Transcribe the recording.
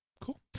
Cool